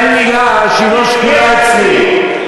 אין מילה שהיא לא שקולה אצלי.